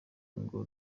ngo